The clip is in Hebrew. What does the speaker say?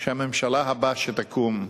שהממשלה הבאה שתקום,